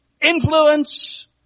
influence